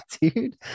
dude